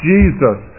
Jesus